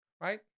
Right